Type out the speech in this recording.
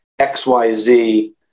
XYZ